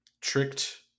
tricked